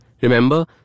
Remember